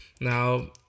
now